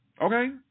Okay